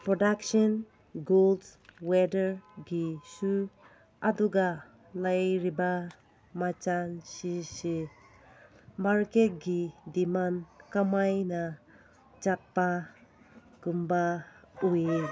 production ꯒꯨꯠꯁ ꯋꯦꯗꯔꯒꯤꯁꯨ ꯑꯗꯨꯒ ꯂꯩꯔꯤꯕ ꯃꯆꯟꯁꯤꯡꯁꯦ ꯃꯥꯔꯀꯦꯠꯀꯤ ꯗꯤꯃꯥꯟ ꯀꯃꯥꯏꯅ ꯆꯠꯄꯒꯨꯝꯕ ꯎꯏ